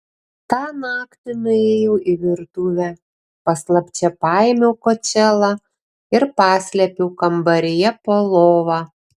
tą naktį nuėjau į virtuvę paslapčia paėmiau kočėlą ir paslėpiau kambaryje po lova